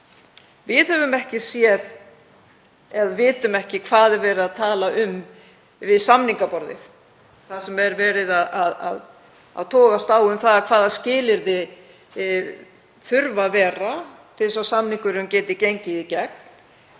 sé ógnað. Við vitum ekki hvað er verið að tala um við samningaborðið, þar sem er verið að togast á um það hvaða skilyrði þurfa að vera til þess að samningurinn geti gengið í gegn.